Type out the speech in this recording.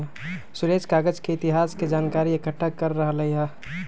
सुरेश कागज के इतिहास के जनकारी एकट्ठा कर रहलई ह